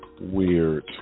Weird